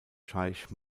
scheich